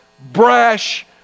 brash